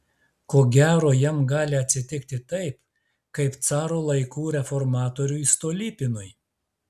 ko gero jam gali atsitikti taip kaip caro laikų reformatoriui stolypinui